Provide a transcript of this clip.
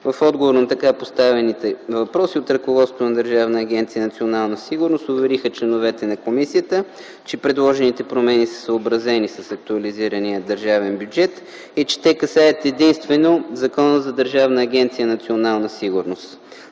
В отговор на така поставените въпроси от ръководството на Държавна агенция „Национална сигурност” увериха членовете на комисията, че предложените промени са съобразени с актуализирания държавен бюджет и че те касаят единствено Закона за Държавна агенция „Национална сигурност”.